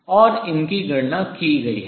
और इनकी गणना की गई है